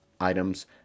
items